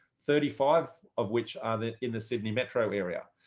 thirty five of which are there in the sydney metro area.